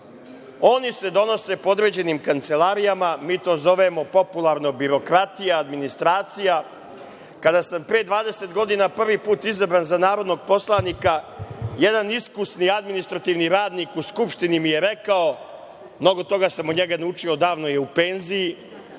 Oni su donose po određenim kancelarijama. Mi to zovemo popularno birokratija, administracija. Kada sam pre 20 godina prvi put izabran za narodnog poslanika jedan iskusni administrativni radnik u Skupštini mi je rekao, mnogo toga sam od njega naučio, odavno je u penziji